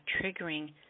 triggering